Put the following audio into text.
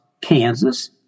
Kansas